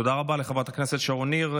תודה רבה לחברת הכנסת שרון ניר.